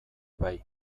bai